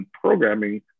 programming